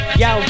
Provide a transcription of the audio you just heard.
yo